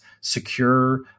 secure